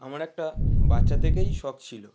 আমার একটা বাচ্চা থেকেই শখ ছিলো